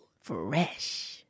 Fresh